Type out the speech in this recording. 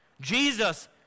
Jesus